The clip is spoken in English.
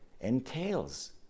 entails